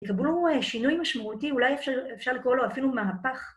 תקבלו שינוי משמעותי, אולי אפשר לקרוא לו אפילו מהפך.